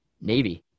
Navy